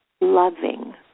loving